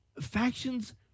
factions